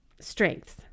Strengths